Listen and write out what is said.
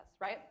right